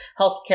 healthcare